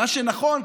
מה שנכון,